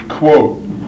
Quote